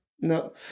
no